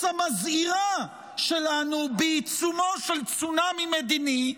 המזהירה שלנו בעיצומו של צונאמי מדיני,